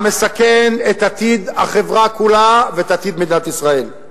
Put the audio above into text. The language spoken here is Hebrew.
המסכן את עתיד החברה כולה ואת עתיד מדינת ישראל.